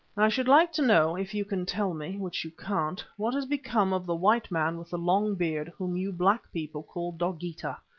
i should like to know, if you can tell me, which you can't, what has become of the white man with the long beard whom you black people call dogeetah?